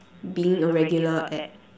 being a regular at